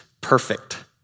perfect